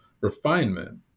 refinement